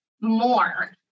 more